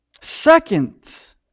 Second